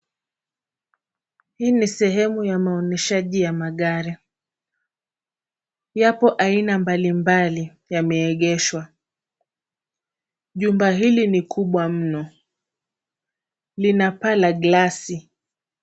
Hii ni sehemu ya maonyeshaji ya magari. Yapo aina mbalimbali yameegeshwa . Jumba hili ni kubwa mno. Lina paa la glasi.